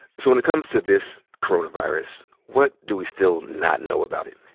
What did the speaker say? so when it comes to this coronavirus, what do we still not know about it?